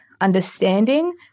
understanding